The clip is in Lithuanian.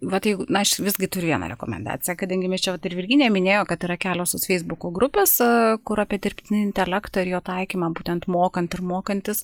vat jeigu na aš visgi turiu vieną rekomendaciją kadangi mes čia vat ir virginija minėjo kad yra kelios tos feisbuko grupėse kur apie dirbtinį intelektą ir jo taikymą būtent mokant ir mokantis